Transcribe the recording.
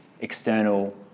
external